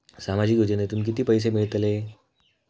सामाजिक योजनेतून किती पैसे मिळतले?